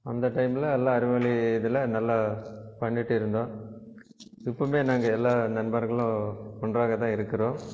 அந்த டைமில் எல்லாம் அறிவொளி இதில் நல்லா பண்ணிட்டு இருந்தோம் இப்போவுமே நாங்கள் எல்லா நண்பர்களும் ஒன்றாக தான் இருக்கிறோம்